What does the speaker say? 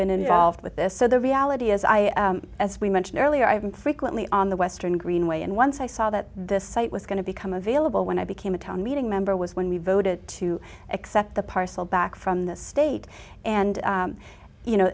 been involved with this so the reality is i as we mentioned earlier i have been frequently on the western greenway and once i saw that this site was going to become available when i became a town meeting member was when we voted to accept the parcel back from the state and you know